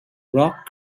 rock